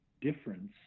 difference